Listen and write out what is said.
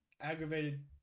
aggravated